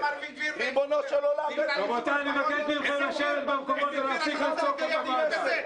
ריבונו של עולם --- אני לא רוצה להשתתף בדיון כזה.